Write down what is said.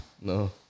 No